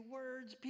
words